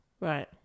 Right